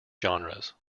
genres